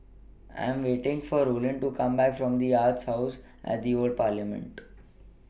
I Am waiting For Rollin to Come Back from The Arts House At The Old Parliament